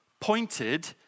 pointed